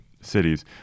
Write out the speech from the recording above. cities